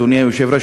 אדוני היושב-ראש,